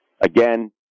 again